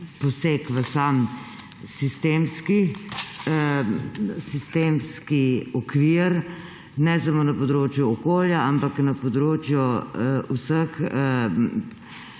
poseg v sam sistemski okvir ne samo na področju okolja, ampak na področju vseh